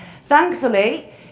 Thankfully